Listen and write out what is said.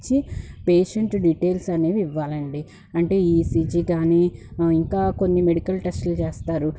patient details అనేవి ఇవ్వాలండి అంటే ఈసీజీ కానీ ఇంకా కొన్ని మెడికల్ టెస్ట్లు చేస్తారు